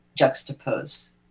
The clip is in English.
juxtapose